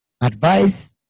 Advice